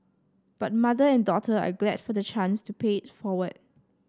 but mother and daughter are glad for the chance to pay it forward